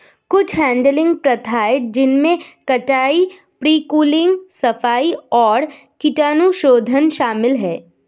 कुछ हैडलिंग प्रथाएं जिनमें कटाई, प्री कूलिंग, सफाई और कीटाणुशोधन शामिल है